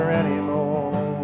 anymore